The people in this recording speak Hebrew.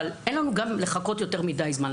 אבל אין לנו לחכות יותר מדי זמן.